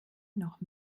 noch